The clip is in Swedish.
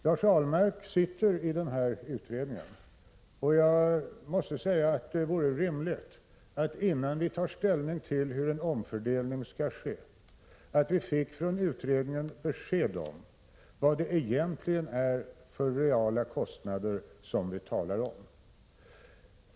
Lars Ahlmark sitter i den aktuella utredningen, och jag måste säga att det vore rimligt att vi, innan vi tar ställning till hur en omfördelning skall ske, från utredningen fick besked om vilka verkliga kostnader man egentligen talar om.